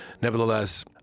Nevertheless